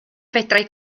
fedrai